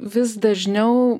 vis dažniau